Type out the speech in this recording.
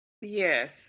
yes